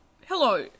Hello